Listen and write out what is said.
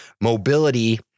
mobility